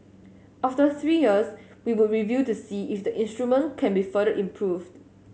after three years we would review to see if the instrument can be further improved